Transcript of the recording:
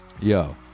Yo